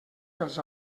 pels